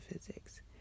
physics